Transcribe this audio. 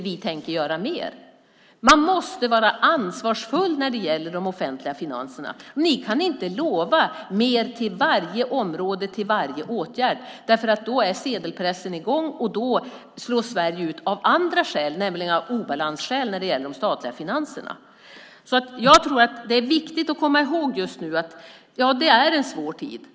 Vi tänker göra mer. Man måste vara ansvarsfull när det gäller de offentliga finanserna. Ni kan inte lova mer till varje område och till varje åtgärd därför att då är sedelpressen i gång och då slås Sverige ut av andra skäl, nämligen av obalansskäl när det gäller de statliga finanserna. Jag tror att det är viktigt att just nu komma ihåg att det är en svår tid.